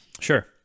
Sure